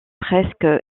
presque